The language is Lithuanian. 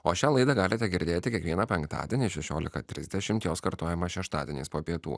o šią laidą galite girdėti kiekvieną penktadienį šešiolika trisdešimt jos kartojimas šeštadieniais po pietų